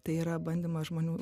tai yra bandymas žmonių